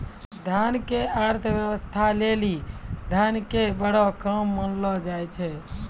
देश के अर्थव्यवस्था लेली धन के बड़ो काम मानलो जाय छै